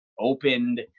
opened